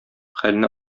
хәлне